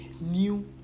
new